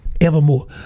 Evermore